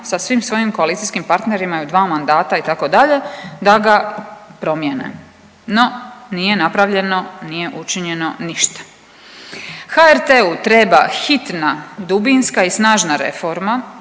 sa svim svojim koalicijskim partnerima i u dva mandata itd. da ga promijene. No, nije napravljeno, nije učinjeno ništa. HRT-u treba hitna dubinska i snažna reforma,